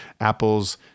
Apple's